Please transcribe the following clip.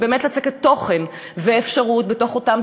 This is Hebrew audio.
ובאמת לצקת תוכן ואפשרות בתוך אותם